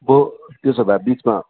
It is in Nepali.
म त्यसो भए बिचमा